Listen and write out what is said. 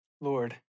Lord